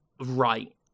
right